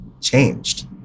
changed